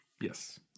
Yes